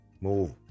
Move